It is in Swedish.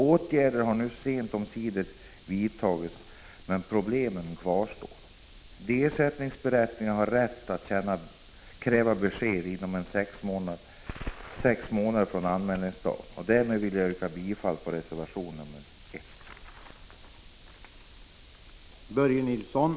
Åtgärder har nu sent omsider vidtagits, men problemet kvarstår. De ersättningsberättigade har rätt att kräva besked inom sex månader från anmälningsdagen. Med detta vill jag yrka bifall till reservation 1.